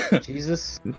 Jesus